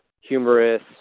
humorous